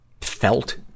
felt